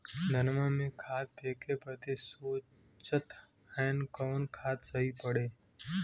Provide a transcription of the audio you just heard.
धनवा में खाद फेंके बदे सोचत हैन कवन खाद सही पड़े?